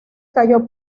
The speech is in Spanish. cayó